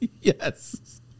Yes